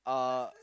uh